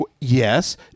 yes